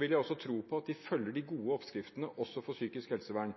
vil jeg også tro på at de følger de gode oppskriftene for psykisk helsevern,